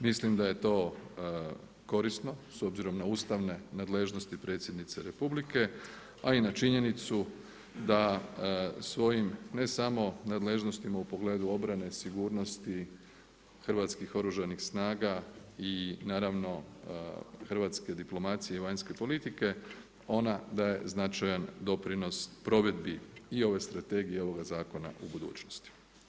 Mislim da je to korisno s obzirom na ustavne nadležnosti predsjednice Republike a i na činjenicu da svojim ne samo nadležnostima u pogledu obrane, sigurnosti Hrvatskih oružanih snaga i naravno hrvatske diplomacije i vanjske politike ona daje značajan doprinos provedbi i ove strategije i ovoga zakona u budućnosti.